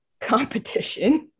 competition